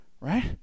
right